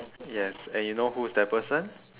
yes and you know who is that person